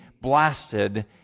blasted